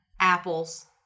apples